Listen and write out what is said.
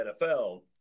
NFL